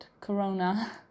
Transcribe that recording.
corona